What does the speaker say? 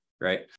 right